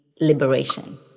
liberation